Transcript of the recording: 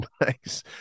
Nice